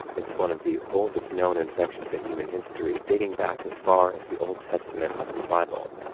it's one of the oldest known infections in human history, dating back as far as the old testament of the bible.